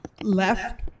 left